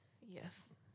Yes